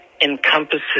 encompasses